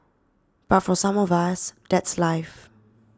but for some of us that's life